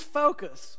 focus